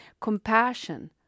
Compassion